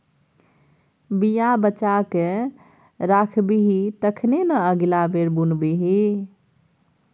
बीया बचा कए राखबिही तखने न अगिला बेर बुनबिही